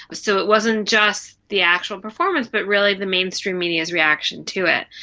so it wasn't just the actual performance but really the mainstream media's reaction to it.